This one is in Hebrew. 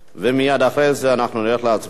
ומייד אחרי זה אנחנו נלך להצבעה.